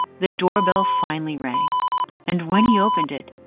the doorbell finally rang and when he opened it,